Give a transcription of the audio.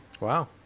wow